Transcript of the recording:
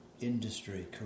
industry